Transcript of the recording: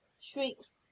shrieks